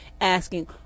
asking